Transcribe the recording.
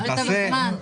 אבל שלמה,